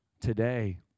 today